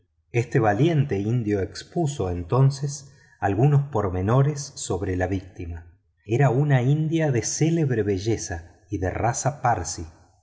este valiente indio expuso entonces algunos pormenores sobre la víctima era una india de célebre belleza y de raza parsi